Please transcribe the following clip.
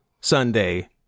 Sunday